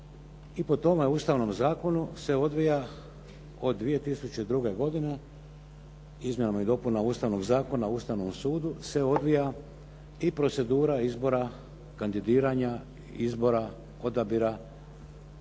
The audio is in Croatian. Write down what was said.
I po tome Ustavnom zakonu se odvija od 2002. o izmjenama i dopunama Ustavnog zakona o Ustavnom sudu i procedura kandidiranja, izbora, odabira